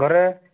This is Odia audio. ଘରେ